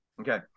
Okay